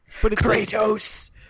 Kratos